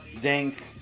Dank